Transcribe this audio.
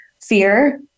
fear